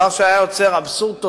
דבר שהיה יוצר אבסורד טוטלי,